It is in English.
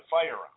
firearm